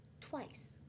twice